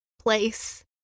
place